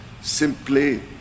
simply